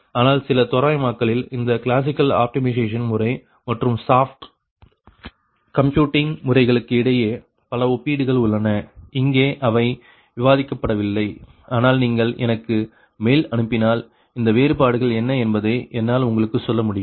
ஆனால் சில தோராயமாக்கலில் இந்த கிளாசிக்கல் ஆப்டிமைசேஷன் முறை மற்றும் சாஃப்ட் கம்ப்யூட்டிங் முறைகளுக்கு இடையே பல ஒப்பீடுகள் உள்ளன இங்கே அவை விவாதிக்கப்படவில்லை ஆனால் நீங்கள் எனக்கு மெயில் அனுப்பினால் அந்த வேறுபாடுகள் என்ன என்பதை என்னால் உங்களுக்கு சொல்ல முடியும்